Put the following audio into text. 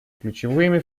ключевыми